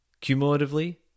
Cumulatively